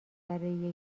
برای